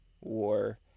war